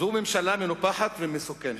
זו ממשלה מנופחת ומסוכנת.